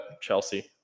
Chelsea